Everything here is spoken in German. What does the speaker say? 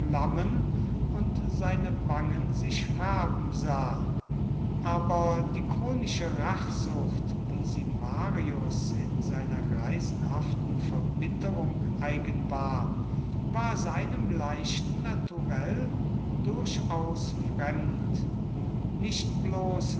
flammen und seine wangen sich färben sah aber die chronische rachsucht wie sie marius in seiner greisenhaften verbitterung eigen war war seinem leichten naturell durchaus fremd nicht bloß